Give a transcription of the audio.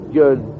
good